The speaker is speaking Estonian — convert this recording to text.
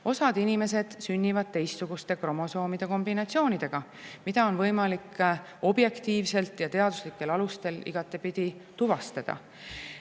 Osa inimesi sünnib teistsuguse kromosoomide kombinatsiooniga. Seda on võimalik objektiivselt ja teaduslikel alustel igatepidi tuvastada.